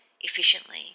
efficiently